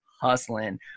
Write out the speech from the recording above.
hustling